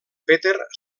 peter